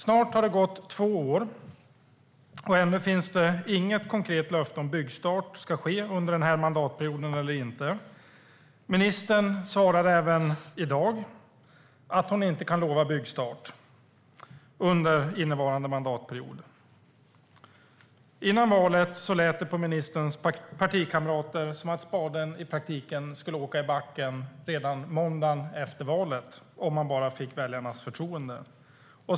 Snart har det gått två år, och ännu finns det inget konkret löfte om ifall byggstart ska ske under den här mandatperioden eller inte. Ministern svarade även i dag att hon inte kan lova byggstart under innevarande mandatperiod. Före valet lät det på ministerns partikamrater som att spaden i praktiken skulle ned i marken redan måndagen efter valet, om man bara fick väljarnas förtroende.